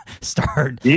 Start